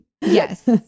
Yes